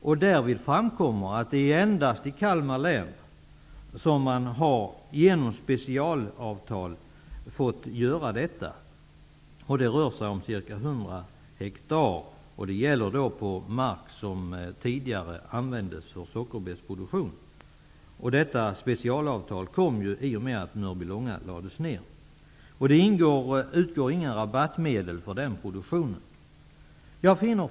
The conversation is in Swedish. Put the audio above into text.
Därvid har det framkommit att det endast är i Kalmar län som man genom specialavtal har fått göra detta. Det rör sig om ca 100 hektar. Det gäller då mark som tidigare har använts för sockerbetsproduktion. Detta specialavtal kom till i och med att sockerbruket i Mörbylånga lades ned, och det utgår inga rabattmedel för den produktionen. Fru talman!